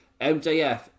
MJF